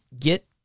get